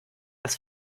das